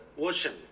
ocean